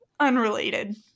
Unrelated